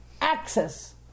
access